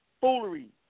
foolery